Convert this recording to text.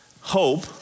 Hope